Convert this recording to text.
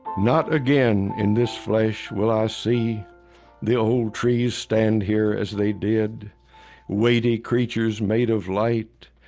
not again in this flesh will i see the old trees stand here as they did weighty creatures made of light,